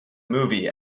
movie